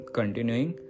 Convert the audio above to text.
continuing